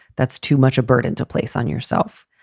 that's too much a burden to place on yourself.